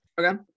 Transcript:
okay